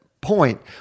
point